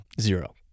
Zero